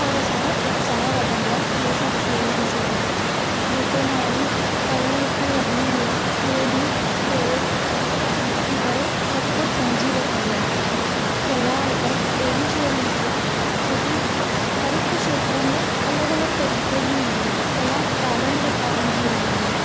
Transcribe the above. और असांजो उत्साह वधंदो आहे इहे सभु शयूं ॾिसी करे जेको माण्हू पढ़ियलु लिखियलु हूंदो आहे उहो बि कहिड़े चित्र खे ॾिसी करे सभु कुझु सम्झी वठंदो आहे कला हिकु अहिड़ी शइ हूंदी आहे जेकी हर हिक खेत्र में अलॻि अलॻि तरीक़े जूं हूंदी आहे कला ॾाढनि प्रकारनि जी हूंदी आहे